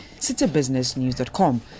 citybusinessnews.com